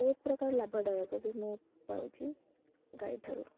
ବହୁତ ପ୍ରକାର ଲାଭଦାୟକ ବି ମୁଁ ପାଉଛି ଗାଈ ଠାରୁ